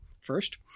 first